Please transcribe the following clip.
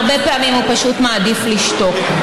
הרבה פעמים הוא פשוט מעדיף לשתוק.